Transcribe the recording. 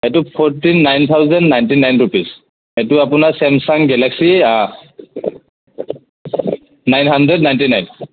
সেইটো forty nine thousand ninety nine rupees সেইটো আপোনাৰ Samsung Galaxy nine hundred ninety nine